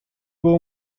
było